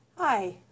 Hi